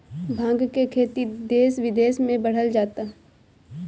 भाँग के खेती देस बिदेस में बढ़ल जाता